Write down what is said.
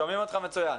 שומעים אותך מצוין.